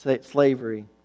slavery